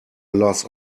loss